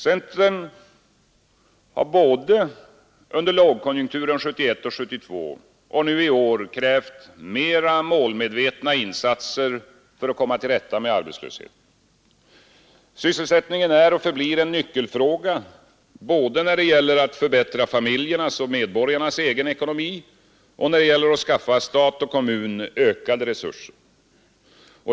Centern har både under lågkonjunkturen 1971 och 1972 och nu i år krävt mera målmedvetna insatser för att komma till rätta med arbetslösheten. Sysselsättningen är och förblir en nyckelfråga, både när det gäller att förbättra familjernas och medborgarnas egen ekonomi och när det gäller att skaffa stat och kommun ökade resurser.